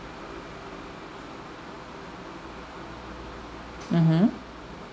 mmhmm